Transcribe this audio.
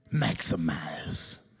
Maximize